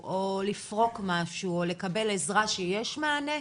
הקשור בשילוב תלמידים או עולים במערכת החינוך,